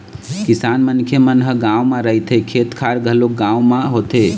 किसान मनखे मन ह गाँव म रहिथे, खेत खार घलोक गाँव म होथे